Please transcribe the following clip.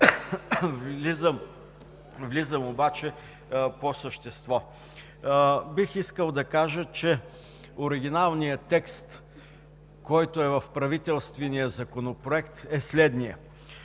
Започвам по същество. Бих искал да кажа, че оригиналният текст, който е в правителствения законопроект, е следният: